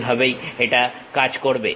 সেই ভাবেই এটা কাজ করবে